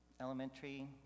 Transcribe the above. elementary